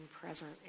present